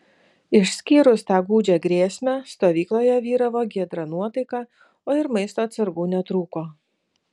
išskyrus tą gūdžią grėsmę stovykloje vyravo giedra nuotaika o ir maisto atsargų netrūko